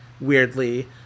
weirdly